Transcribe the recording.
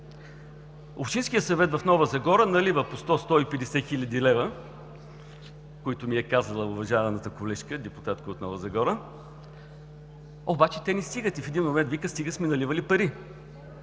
Общинският съвет в Нова Загора налива по 100 – 150 хил. лв., които ми е казала уважаваната колежка – депутат от Нова Загора, обаче те не стигат. В един момент: „Стига сме наливали пари“